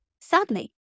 Sadly